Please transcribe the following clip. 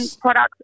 products